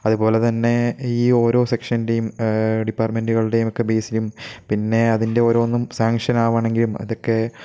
അതുപോലെ തന്നെ ഈ ഓരോ സെക്ഷൻ്റെയും ഡിപ്പാർട്ട്മെൻറ്റുകളുടെയും ഒക്കെ ബേസിലും പിന്നെ അതിൻ്റെ ഓരോന്നും സാൻക്ഷൻ ആവണമെങ്കിലും അതൊക്കെ